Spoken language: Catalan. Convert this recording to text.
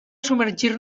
submergir